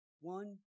one